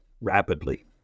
rapidly